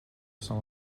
some